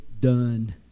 done